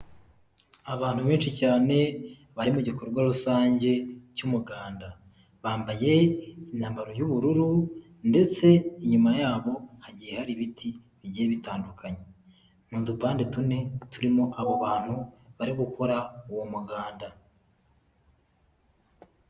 Abantu benshi cyane bari mu gikorwa rusange cy'umuganda, bambaye imyambaro y'ubururu ndetse inyuma hagiye hari ibiti bigiye bitandukanye, ni udupande tune turimo abo bantu bari gukora uwo muganda.